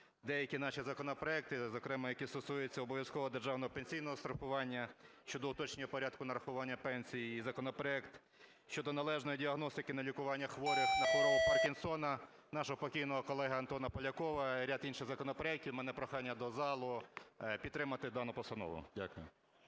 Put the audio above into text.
деякі наші законопроекти, зокрема які стосуються обов'язкового державного пенсійного страхування щодо уточнення порядку нарахування пенсій, і законопроект щодо належної діагностики на лікування хворих на хворобу Паркінсона нашого покійного колеги Полякова, і ряд інших законопроектів, у мене прохання до залу підтримати дану постанову. Дякую.